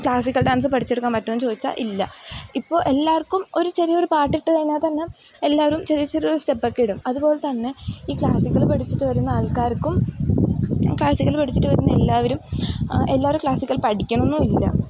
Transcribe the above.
classical dance പഠിച്ചെടുക്കാൻ പറ്റുമോയെന്ന് ചോദിച്ചാൽ ഇല്ല ഇപ്പോൾ എല്ലാർക്കും ഒരു ചെറിയൊരു പാട്ടിട്ട് കഴിഞ്ഞാൽ തന്നെ എല്ലാവരും ചെറിയ ചെറിയൊരു സ്റ്റെപ്പൊക്കെ ഇടും അതുപോലതന്നെ ഈ ക്ലാസിക്കൽ പഠിച്ചിട്ട് വരുന്ന ആൾക്കാർക്കും ക്ലാസിക്കൽ പഠിച്ചിട്ടു വരുന്ന എല്ലാവരും എല്ലാവരും ക്ലാസിക്കൽ പഠിക്കണമെന്നും ഇല്ല